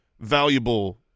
valuable –